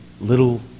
little